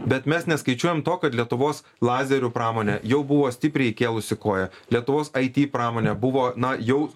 bet mes neskaičiuojam to kad lietuvos lazerių pramonė jau buvo stipriai įkėlusi koją lietuvos it pramonė buvo na jau